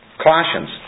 Colossians